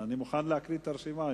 אני מוכן להקריא את הרשימה.